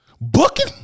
Booking